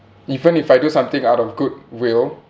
even if I do something out of goodwill